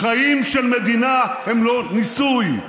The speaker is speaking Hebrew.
חיים של מדינה הם לא ניסוי.